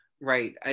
right